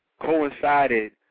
coincided